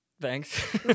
Thanks